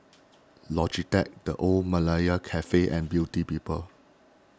Logitech the Old Malaya Cafe and Beauty People